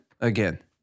again